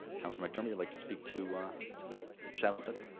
councilor mcdermott you'd like to speak to to the shadow study?